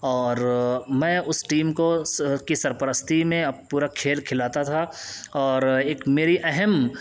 اور میں اس ٹیم کو کی سرپرستی میں اب پورا کھیل کھلاتا تھا اور ایک میری اہم